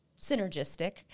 synergistic